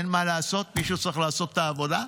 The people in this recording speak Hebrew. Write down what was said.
אין מה לעשות, מישהו צריך לעשות את העבודה.